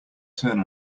turn